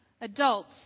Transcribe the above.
adults